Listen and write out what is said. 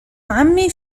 عمي